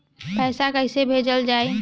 पैसा कैसे भेजल जाइ?